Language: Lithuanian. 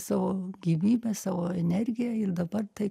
savo gyvybę savo energiją ir dabar tai